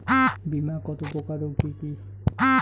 বীমা কত প্রকার ও কি কি?